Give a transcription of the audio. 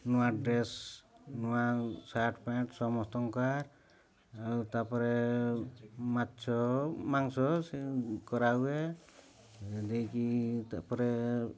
ନୂଆ ଡ୍ରେସ୍ ନୂଆ shirt pant ସମସ୍ତଙ୍କ କାର୍ ଆଉ ତା'ପରେ ମାଛ ମାଂସ ସେ କରାହୁଏ ଦେଇକି ତା'ପରେ